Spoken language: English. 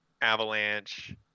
Avalanche